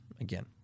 Again